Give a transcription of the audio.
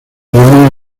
reúnen